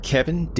Kevin